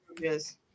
yes